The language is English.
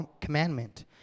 commandment